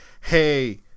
hey